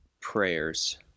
prayers